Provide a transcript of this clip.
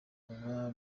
baba